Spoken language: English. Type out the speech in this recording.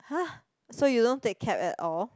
!huh! so you don't take cab at all